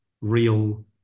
real